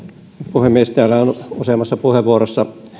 puhemies täällä on useammassa puheenvuorossa